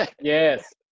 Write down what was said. Yes